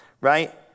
right